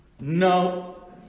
No